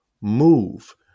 move